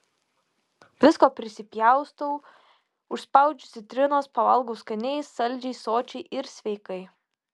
visko prisipjaustau užspaudžiu citrinos pavalgau skaniai saldžiai sočiai ir sveikai